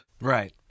Right